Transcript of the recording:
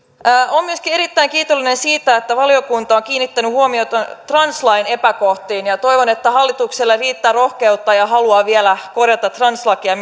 olen myöskin erittäin kiitollinen siitä että valiokunta on kiinnittänyt huomiota translain epäkohtiin toivon että hallituksella riittää rohkeutta ja halua vielä korjata translakia